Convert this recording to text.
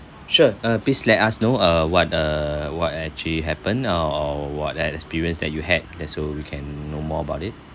sure uh please let us know uh what uh what actually happened uh or what experience that you had there so we can know more about it